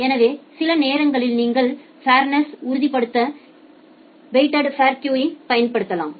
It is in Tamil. எனவேசில நேரங்களில் நீங்கள் ஃபோ்நெஸ்யை உறுதிப்படுத்த வெயிட்டெட் ஃபோ் கியூங் யை பயன்படுத்தலாம்